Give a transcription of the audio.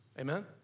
Amen